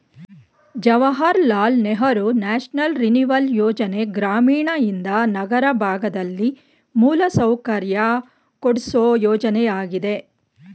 Jawahar Lal Nehru national renewal ಯೋಜನೆ ಗ್ರಾಮೀಣಯಿಂದ ನಗರ ಭಾಗದಲ್ಲಿ ಮೂಲಸೌಕರ್ಯ ಕೊಡ್ಸು ಯೋಜನೆಯಾಗಿದೆ